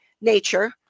nature